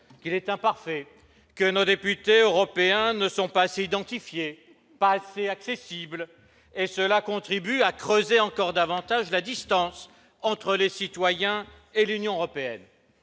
très satisfaisant. Nos députés européens ne sont pas assez identifiés, pas assez accessibles, ce qui contribue à creuser encore davantage la distance entre les citoyens et l'Union européenne.